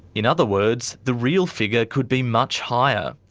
in other words, the real figure could be much higher.